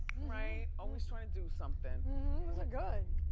right, always tryin' to do somethin' those are good.